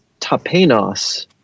tapenos